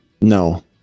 No